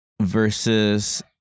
versus